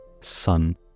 sun